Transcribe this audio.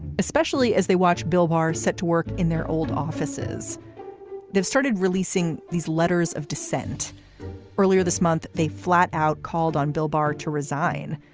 especially as they watch bill bar set to work in their old offices they've started releasing these letters of dissent earlier this month they flat out called on bill bar to resign,